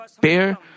bear